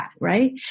right